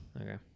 Okay